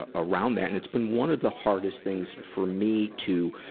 ah around that. and it's been one of the hardest things for me to,